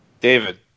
David